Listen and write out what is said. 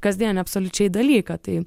kasdienį absoliučiai dalyką tai